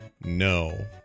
no